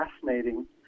fascinating